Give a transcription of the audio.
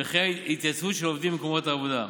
(הוראת שעה, נגיף הקורונה החדש),